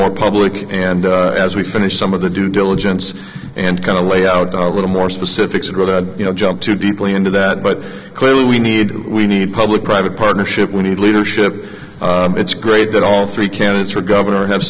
more public and as we finish some of the due diligence and kind of lay out a little more specifics and what i'd you know jump too deeply into that but clearly we need we need public private partnership we need leadership it's great that all three candidates for governor have